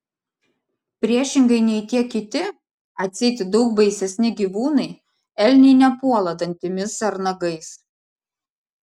priešingai nei tie kiti atseit daug baisesni gyvūnai elniai nepuola dantimis ar nagais